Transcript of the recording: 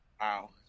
Wow